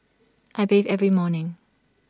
I bathe every morning